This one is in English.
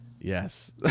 Yes